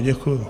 Děkuju.